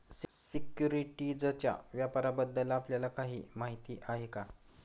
सिक्युरिटीजच्या व्यापाराबद्दल आपल्याला काही माहिती आहे का?